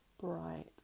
bright